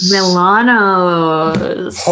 Milano's